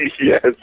yes